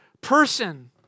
person